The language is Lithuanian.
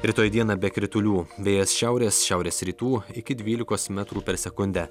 rytoj dieną be kritulių vėjas šiaurės šiaurės rytų iki dvylikos metrų per sekundę